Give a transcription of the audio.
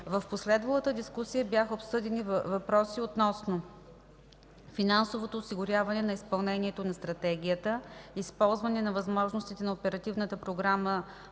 В последвалата дискусия бяха обсъдени въпроси относно: финансовото осигуряване на изпълнението на Стратегията; използване на възможностите на Оперативната програма